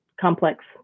complex